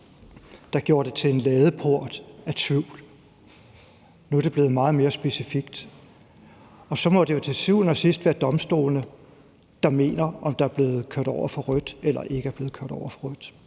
der gjorde det til en ladeport af tvivl. Nu er det blevet meget mere specifikt. Så må det jo til syvende og sidst være domstolene, der mener, om der er blevet kørt over for rødt eller ikke er blevet kørt over for rødt.